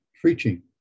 preaching